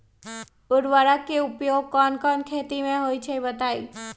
उर्वरक के उपयोग कौन कौन खेती मे होई छई बताई?